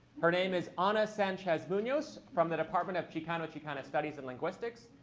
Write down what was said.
her name is ana sanchez-munoz from the department of chicano chicana studies and linguistics.